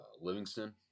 Livingston